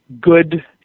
good